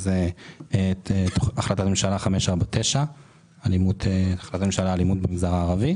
שזה החלטת הממשלה 549 בעניין אלימות במגזר הערבי